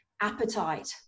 appetite